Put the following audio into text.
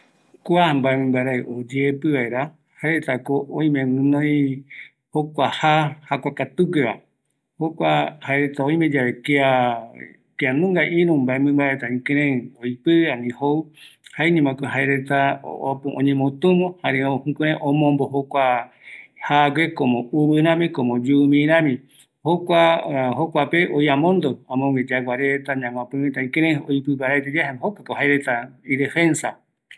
﻿Kua mbaemimbarai oyeepɨ vaera, jaeretako oime guinoï jokua jaa, jakuakatugueva, jokua jaereta oime yave kia kianunga irü mbae mimba reta, ikirei oipi ani jou, jaeñomako jaereta äpo oñemotumo jare jukurai jaereta omombo jokua jaague, komo uviram, komo yuumi rami, jokua jokuape, amoguë yaguareta, ñaguäpita ikirei oipi paraeteyae, jaema jokope jaereta idefensa